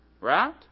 right